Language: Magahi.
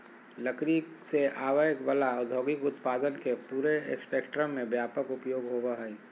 लकड़ी से आवय वला औद्योगिक उत्पादन के पूरे स्पेक्ट्रम में व्यापक उपयोग होबो हइ